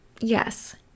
yes